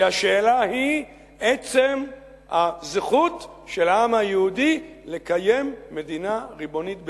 כי השאלה היא עצם הזכות של העם היהודי לקיים מדינה ריבונית בארצו.